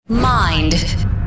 Mind